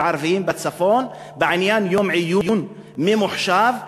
ערביים בצפון בעניין יום עיון ממוחשב,